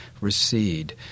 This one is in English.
recede